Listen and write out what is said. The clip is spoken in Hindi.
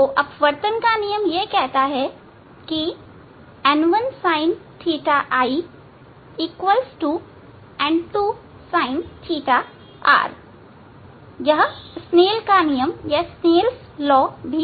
अपवर्तन का नियम है कि n1 sin θi n2 sin θr यहां स्नेल का नियमSnell's law है